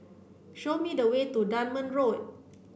show me the way to Dunman Road